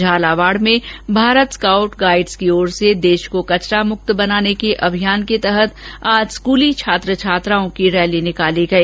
झालावाड़ में Bharat scout guides की ओर से देश को कचरा मुक्त बनाने के अभियान के तहत आज स्कूली छात्र छात्राओं की एक रैली निकाली गई